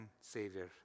Savior